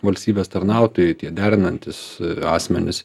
valstybės tarnautojai tie derinantys asmenys